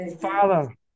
Father